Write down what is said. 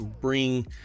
bring